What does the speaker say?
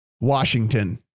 Washington